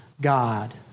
God